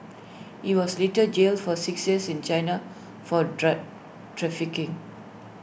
he was later jailed for six years in China for drug trafficking